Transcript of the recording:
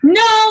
no